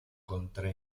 contra